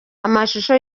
amashusho